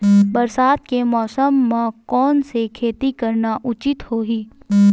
बरसात के मौसम म कोन से खेती करना उचित होही?